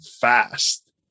fast